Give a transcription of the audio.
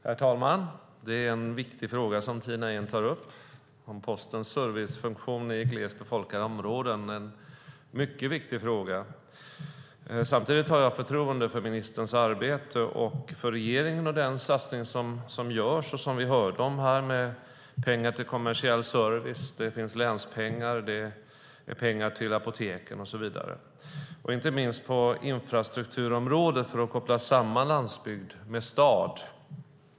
Herr talman! Det är en mycket viktig fråga som Tina Ehn tar upp om Postens servicefunktion i glest befolkade områden. Samtidigt har jag förtroende för ministerns arbete, för regeringen och för den satsning som görs och som vi hörde om här med pengar till kommersiell service. Det finns länspengar, pengar till apoteken och så vidare, inte minst på infrastrukturområdet, för att koppla samman landsbygd med stad.